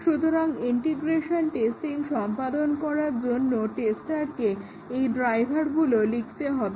সুতরাং integration testing সম্পাদন করার জন্য টেস্টারকে এই ড্রাইভারগুলো লিখতে হবে